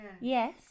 Yes